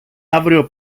αύριο